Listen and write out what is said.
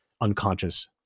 unconscious